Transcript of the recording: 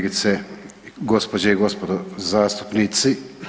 Gospođe i gospodo zastupnici.